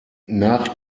nach